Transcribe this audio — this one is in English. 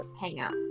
hangout